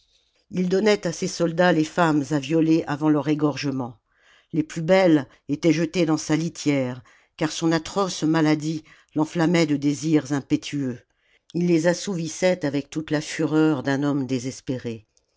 il donnait à ses soldats les femmes à violer avant leur égorgement les plus belles étaient jetées dans sa litière car son atroce maladie l'enflammait de désirs impétueux il les assouvissait avec toute la fureur d'un homme désespéré